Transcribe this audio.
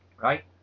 right